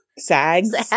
Sags